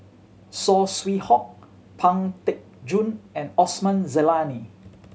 Saw Swee Hock Pang Teck Joon and Osman Zailani